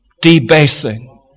debasing